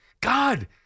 God